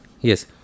Yes